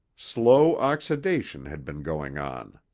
slow oxidization had been going on.